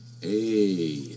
Hey